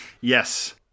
Yes